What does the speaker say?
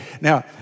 Now